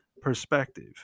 perspective